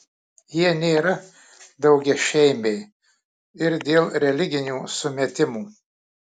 jie nėra daugiašeimiai ir dėl religinių sumetimų